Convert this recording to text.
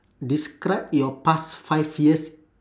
describe your past five years